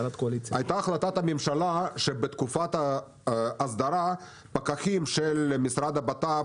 היתה החלטת ממשלה שבתקופת ההסדרה פקחים של משרד הבט"פ